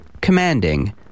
Commanding